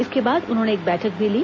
इसके बाद उन्होंने एक बैठक भी ली